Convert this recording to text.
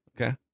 okay